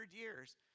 years